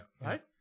right